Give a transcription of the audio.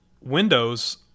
windows